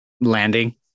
landing